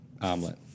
omelet